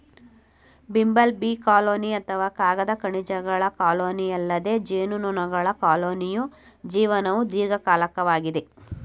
bumble bee colony ಅಥವಾ ಕಾಗದ ಕಣಜಗಳ ಕಾಲೋನಿಯಲ್ಲದೆ ಜೇನುನೊಣಗಳ ಕಾಲೋನಿಯ ಜೀವನವು ದೀರ್ಘಕಾಲಿಕವಾಗಿದೆ